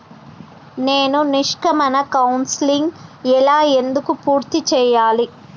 నేను నిష్క్రమణ కౌన్సెలింగ్ ఎలా ఎందుకు పూర్తి చేయాలి?